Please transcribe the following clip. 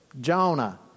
Jonah